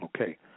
Okay